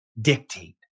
dictate